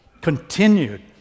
continued